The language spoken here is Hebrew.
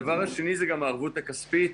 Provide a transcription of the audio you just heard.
הדבר השני זה גם הערבות הכספית.